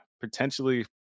potentially